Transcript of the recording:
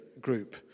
group